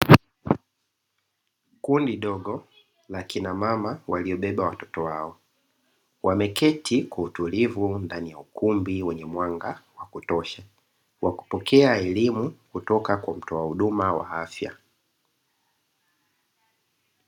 Kundi dogo la akina mama waliobeba watoto wao wameketi kwa utulivu kwa mtoa huduma wa afya,